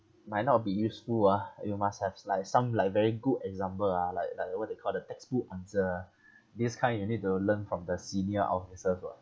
might not be useful ah you must haves like some like very good example ah like like what they call the textbook answer ah this kind you need to learn from the senior officers [what]